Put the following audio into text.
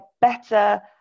better